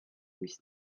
mis